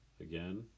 again